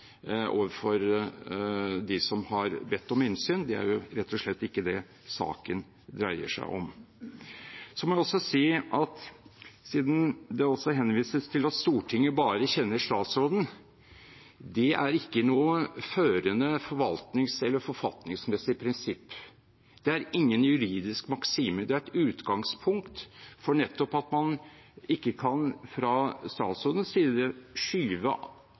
overfor dem som har bedt om innsyn. Det er rett og slett ikke det saken dreier seg om. Siden det henvises til at Stortinget bare kjenner statsråden, må jeg også si at det ikke er noe førende forvaltnings- eller forfatningsmessig prinsipp. Det er ingen juridisk maksime. Det er et utgangspunkt for nettopp at man ikke fra statsrådens side kan skyve